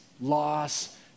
loss